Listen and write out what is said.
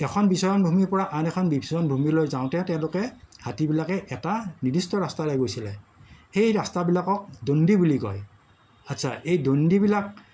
এখন বিচৰণ ভূমিৰ পৰা আন এখন বিচৰণ ভূমিলৈ যাওঁতে তেওঁলোকে হাতীবিলাকে এটা নিৰ্দিষ্ট ৰাস্তাৰে গৈছিলে সেই ৰাস্তাবিলাকক দণ্ডি বুলি কয় আচ্ছা এই দণ্ডিবিলাক